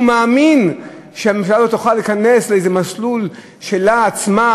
מאמין שהממשלה הזאת תוכל להיכנס לאיזה מסלול שלה עצמה,